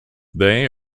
they